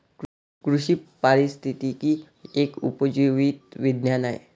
कृषी पारिस्थितिकी एक उपयोजित विज्ञान आहे